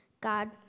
God